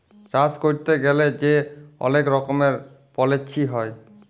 চাষ ক্যইরতে গ্যালে যে অলেক রকমের পলিছি হ্যয়